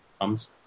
comes